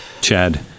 Chad